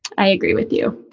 i agree with you.